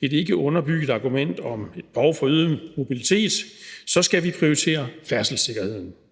et ikkeunderbygget argument om et behov for øget mobilitet, skal vi prioritere færdselssikkerheden.